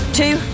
two